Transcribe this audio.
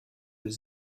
his